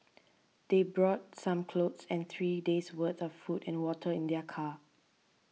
they brought some clothes and three days' worth of food and water in their car